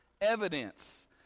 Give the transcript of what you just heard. evidence